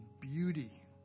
beauty